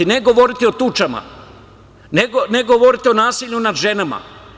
Ne govoriti o tučama, ne govoriti o nasilju nad ženama.